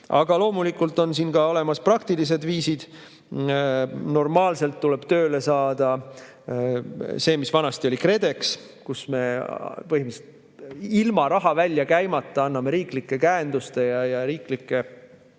Loomulikult on siin olemas praktilised viisid. Normaalselt tuleb tööle saada see, mis vanasti oli KredEx, kus me põhimõtteliselt ilma raha välja käimata anname riiklike käenduste ja riiklike